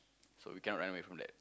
so we cannot run away from that